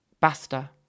basta